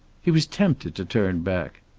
he was tempted to turn back.